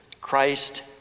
Christ